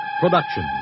production